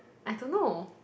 I don't know